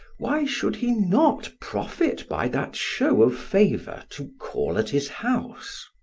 why should he not profit by that show of favor to call at his house?